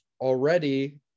already